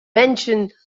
mentioned